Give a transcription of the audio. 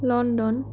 London